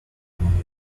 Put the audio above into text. maniobra